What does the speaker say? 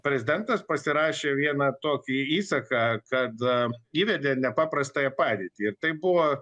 prezidentas pasirašė vieną tokį įsaką kad įvedė nepaprastąją padėtį ir tai buvo